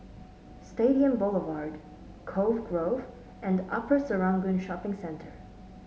Stadium Boulevard Cove Grove and Upper Serangoon Shopping Centre